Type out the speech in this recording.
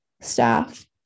staff